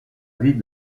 vie